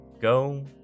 go